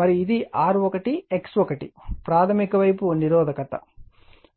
మరియు ఇది R1 X1 ప్రాధమిక వైపు నిరోధకత